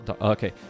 Okay